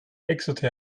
exotherm